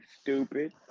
stupid